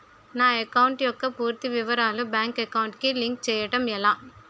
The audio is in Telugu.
నా అకౌంట్ యెక్క పూర్తి వివరాలు బ్యాంక్ అకౌంట్ కి లింక్ చేయడం ఎలా?